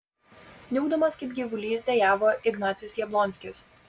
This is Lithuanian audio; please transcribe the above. niūkdamas kaip gyvulys dejavo ignacius jablonskis